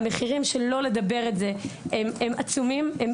המחירים של לא לדבר את זה הם עצומים: הם